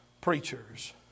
preachers